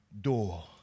door